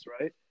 right